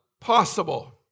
possible